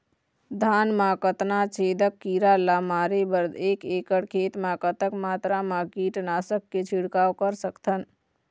धान मा कतना छेदक कीरा ला मारे बर एक एकड़ खेत मा कतक मात्रा मा कीट नासक के छिड़काव कर सकथन?